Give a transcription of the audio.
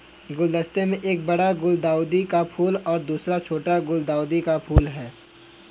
गुलदस्ते में एक बड़ा गुलदाउदी का फूल और दूसरा छोटा गुलदाउदी का फूल है